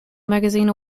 magazine